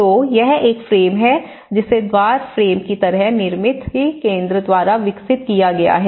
तो यह एक फ्रेम है जिसे द्वार फ्रेम की तरह निर्मिती केंद्र द्वारा विकसित किया गया है